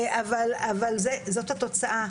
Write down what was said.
אבל זאת התוצאה.